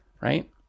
right